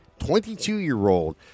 22-year-old